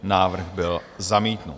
Návrh byl zamítnut.